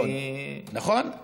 אני, נכון, נכון.